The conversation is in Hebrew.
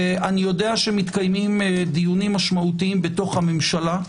אני יודע שמתקיימים דיונים מהותיים בתוך הממשלה.